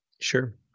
sure